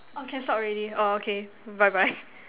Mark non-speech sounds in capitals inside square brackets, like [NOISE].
okay stop already orh okay bye bye [NOISE]